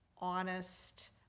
honest